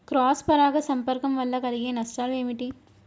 Cross పరాగ సంపర్కం వల్ల కలిగే నష్టాలు ఏమిటి?